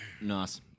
Nice